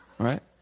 right